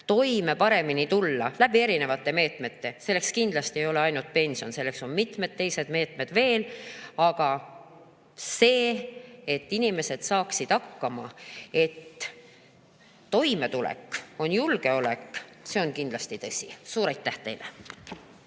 seeniore paremini toime tulla erinevate meetmete kaudu. Selleks kindlasti ei ole ainult pension, selleks on mitmed teised meetmed veel. Aga see, et inimesed saaksid hakkama, et toimetulek on julgeolek – see on kindlasti tõsi. Suur aitäh teile!